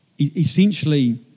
Essentially